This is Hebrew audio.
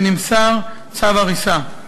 ונמסר צו הריסה.